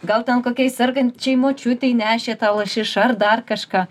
gal ten kokiai sergančiai močiutei nešė tą lašišą ar dar kažką